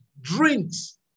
drinks